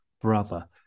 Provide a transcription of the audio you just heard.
brother